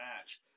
match